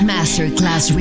Masterclass